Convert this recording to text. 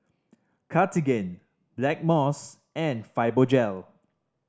Cartigain Blackmores and Fibogel